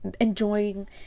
enjoying